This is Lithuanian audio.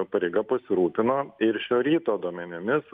pareiga pasirūpino ir šio ryto duomenimis